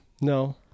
No